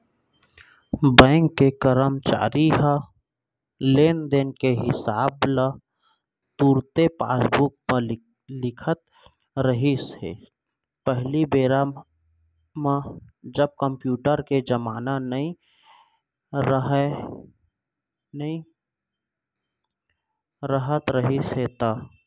bank के करमचारी ह लेन देन के हिसाब ल तुरते पासबूक म लिखत रिहिस हे पहिली बेरा म जब कम्प्यूटर के जमाना नइ राहत रिहिस हे ता